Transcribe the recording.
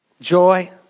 joy